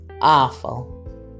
awful